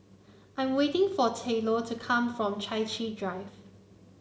I'm waiting for Tylor to come from Chai Chee Drive